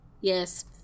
Yes